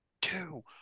two